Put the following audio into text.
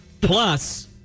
Plus